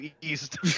East